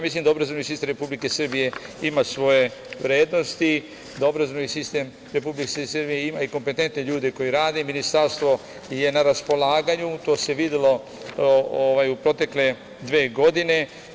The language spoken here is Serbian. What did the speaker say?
Mislim da obrazovni sistem Republike Srbije ima svoje vrednosti, da obrazovni sistem Republike Srbije ima i kompetentne ljude koji rade i Ministarstvo je na raspolaganju, to se videlo u protekle dve godine.